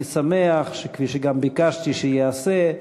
אני שמח שכפי שביקשתי שייעשה,